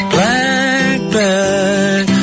Blackbird